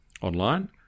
online